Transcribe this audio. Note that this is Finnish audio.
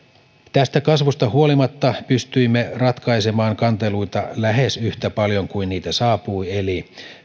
tästä kasvusta huolimatta pystyimme ratkaisemaan kanteluita lähes yhtä paljon kuin niitä saapui eli